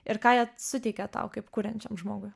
ir ką jie suteikia tau kaip kuriančiam žmogui